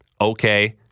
Okay